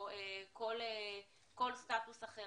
או כל סטטוס אחר,